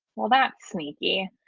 well, that's sneaky.